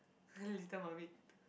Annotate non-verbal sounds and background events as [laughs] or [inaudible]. [laughs] little mermaid